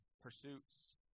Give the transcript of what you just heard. pursuits